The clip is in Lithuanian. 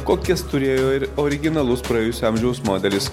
kokias turėjo ir originalus praėjusio amžiaus modelis